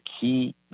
key